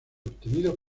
obtenidos